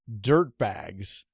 dirtbags